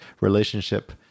relationship